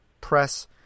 press